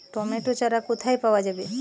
Tomato চারা কোথায় পাওয়া যাবে?